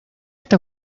está